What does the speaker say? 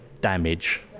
damage